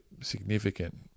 significant